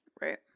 Right